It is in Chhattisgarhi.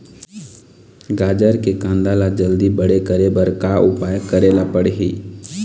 गाजर के कांदा ला जल्दी बड़े करे बर का उपाय करेला पढ़िही?